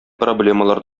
проблемалар